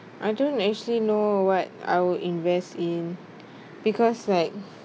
I don't actually know what I will invest in because like